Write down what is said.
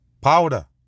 powder